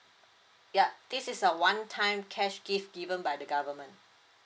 yeah this is a one time cash gift given by the government